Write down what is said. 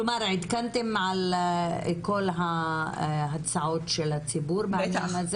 כלומר, עדכנתם על כל ההצעות של הציבור בעניין הזה.